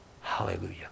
Hallelujah